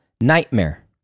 nightmare